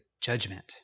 judgment